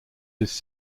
his